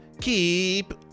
keep